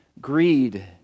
greed